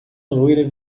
loira